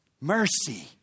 mercy